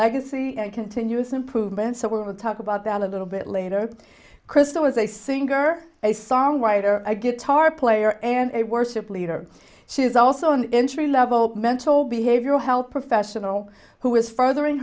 legacy and continuous improvement so we'll talk about that little bit later krista was a singer a songwriter a guitar player and a worship leader she is also an entry level mental behavioral health professional who is furthering